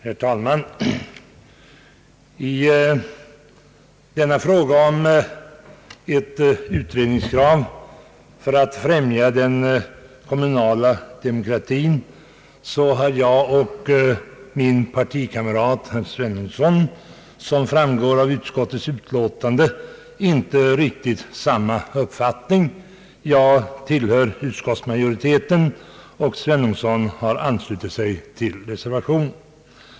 Herr talman! I frågan om ett utredningskrav för att främja den kommunala demokratin har jag och min partikamrat herr Svenungsson, såsom framgår av utskottets utlåtande, inte riktigt samma uppfattning. Jag tillhör utskottsmajoriteten, medan herr Svenungsson har anslutit sig till reservationen.